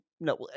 no